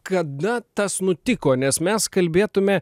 kada tas nutiko nes mes kalbėtume